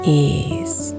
ease